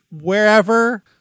Wherever